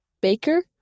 Baker